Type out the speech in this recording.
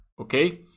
okay